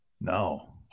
No